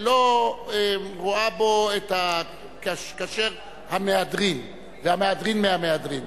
רואה בו את הכשר המהדרין והמהדרין מהמהדרין.